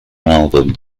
album